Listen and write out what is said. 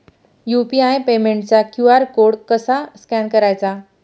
UPI पेमेंटचा QR code कसा scan करायचा?